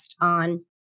on